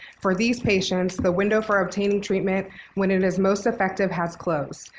for these patients, the window for obtaining treatment when it is most effective has closed.